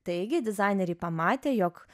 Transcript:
taigi dizaineriai pamatė jog